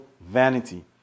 vanity